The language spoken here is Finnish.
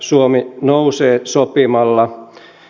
suomi nousee sopimalla